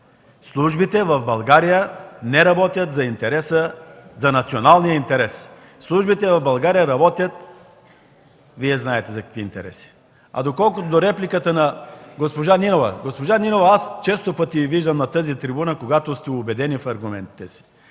Службите в България не работят за националния интерес! Службите в България работят, Вие знаете за какви интереси. А доколкото репликата на госпожа Нинова – госпожо Нинова, аз често пъти Ви виждам на тази трибуна и когато сте убедена в аргументите си,